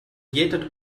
jetted